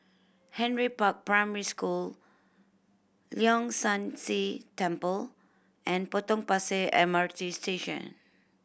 Henry Park Primary School Leong San See Temple and Potong Pasir M R T Station